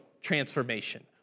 transformation